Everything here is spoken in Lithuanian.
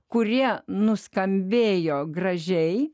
kurie nuskambėjo gražiai